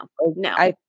no